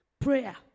Prayer